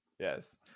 Yes